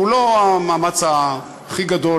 שהוא לא המאמץ הכי גדול,